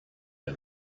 der